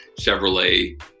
Chevrolet